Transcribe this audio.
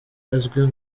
azwi